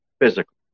Physical